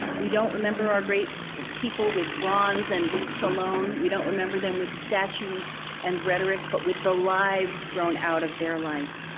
we don't remember our great people with bronze and wreaths alone. we don't remember them with statues and rhetoric, but with the lives grown out of their life.